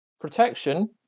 Protection